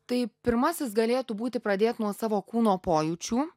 tai pirmasis galėtų būti pradėt nuo savo kūno pojūčių